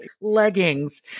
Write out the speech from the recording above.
leggings